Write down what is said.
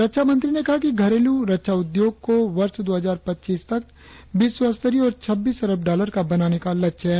रक्षामंत्री ने कहा कि घरेलू रक्षा उद्योग को वर्ष दो हजार पच्चीस तक विश्व स्तरीय और छब्बीस अरब डालर का बनाने का लक्ष्य है